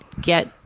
get